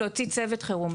להוציא צוות חירום.